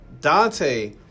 Dante